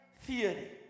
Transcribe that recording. theory